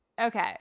Okay